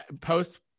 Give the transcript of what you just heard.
post